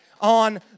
on